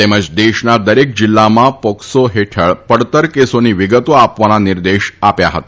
ત દેશના દરેક િલ્લામાં પ કસ હેઠળ પડતર કેસાઓી વિગત આપવાના નિર્દેશ આપ્યા હતા